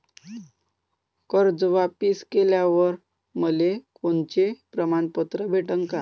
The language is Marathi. कर्ज वापिस केल्यावर मले कोनचे प्रमाणपत्र भेटन का?